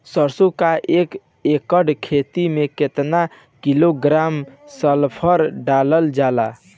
सरसों क एक एकड़ खेते में केतना किलोग्राम सल्फर डालल जाला?